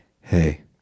hey